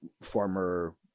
Former